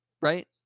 Right